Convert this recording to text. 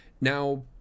Now